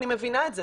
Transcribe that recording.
אני מבינה את זה,